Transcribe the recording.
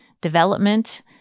development